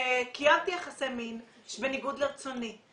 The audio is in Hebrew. "קיימתי יחסי מין בניגוד לרצוני.